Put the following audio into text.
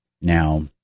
Now